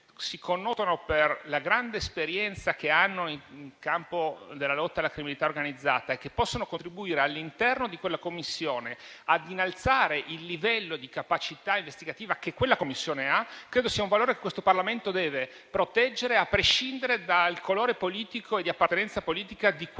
si connotano per la grande esperienza che hanno nel campo della lotta alla criminalità organizzata e che possono contribuire all'interno di quella Commissione ad innalzarne il livello di capacità investigativa, credo sia un valore che questo Parlamento deve proteggere, a prescindere dal colore politico e di appartenenza politica dei parlamentari